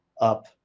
up